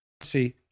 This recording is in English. See